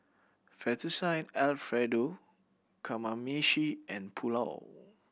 Fettuccine Alfredo Kamameshi and Pulao